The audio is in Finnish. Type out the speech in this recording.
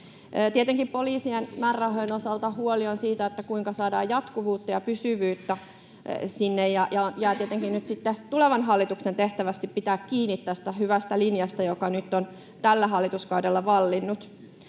Tietenkin poliisien määrärahojen osalta on huoli siitä, kuinka sinne saadaan jatkuvuutta ja pysyvyyttä, ja jää tietenkin nyt sitten tulevan hallituksen tehtäväksi pitää kiinni tästä hyvästä linjasta, joka nyt on tällä hallituskaudella vallinnut.